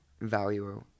value